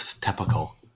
typical